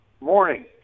morning